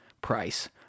price